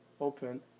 open